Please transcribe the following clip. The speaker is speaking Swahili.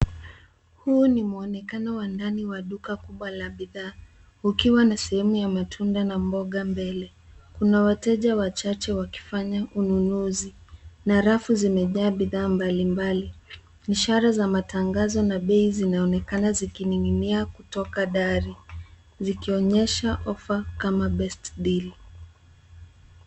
Huu ni mwonekano wa ndani wa duka kubwa la bidhaa kukiwa na sehemu ya matunda na mboga mbele. Kuna wateja wachache wakifanya ununuzi na rafu zimejaa bidhaa mbalimbali. Ishara za matangazo na bei zinaonekana zikining'inia kutoka dari zikionyesha offer kama best deal .